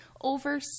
over